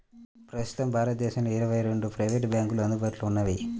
ప్రస్తుతం భారతదేశంలో ఇరవై రెండు ప్రైవేట్ బ్యాంకులు అందుబాటులో ఉన్నాయి